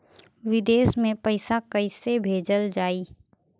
विदेश में पईसा कैसे भेजल जाई?